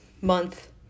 month